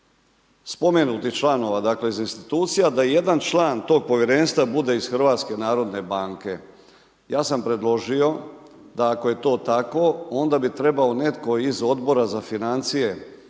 spomenutih članova, dakle, iz institucija, da je jedan član toga Povjerenstva bude iz HNB-a. Ja sam predložio da ako je to tako, onda bi trebao netko iz Odbora za financije